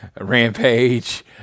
Rampage